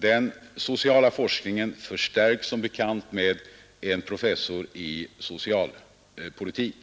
Den sociala forskningen förstärks som bekant med en professor i socialpolitik.